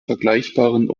vergleichbaren